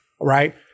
Right